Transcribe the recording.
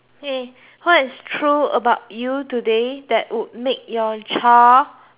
hey what is true about you today that would make your child